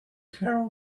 care